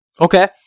okay